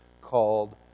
called